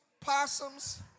Possums